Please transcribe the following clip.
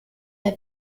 der